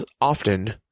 often